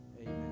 Amen